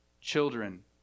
children